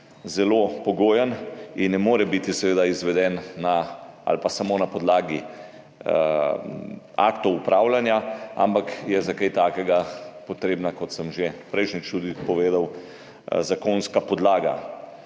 zelo pogojen in seveda ne more biti izveden samo na podlagi aktov upravljanja, ampak je za kaj takega potrebna, kot sem že prejšnjič tudi povedal, zakonska podlaga.